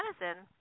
medicine